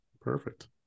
Perfect